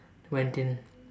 went in